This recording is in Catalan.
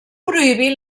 prohibir